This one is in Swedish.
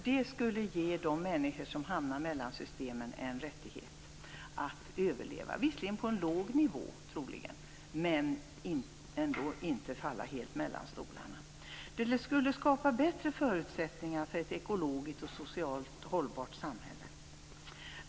Det skulle ge de människor som hamnar mellan systemen en rättighet att överleva, visserligen på en låg nivå, men de skulle ändå inte falla helt mellan stolarna. Det skulle skapa bättre förutsättningar för ett ekologiskt och socialt hållbart samhälle.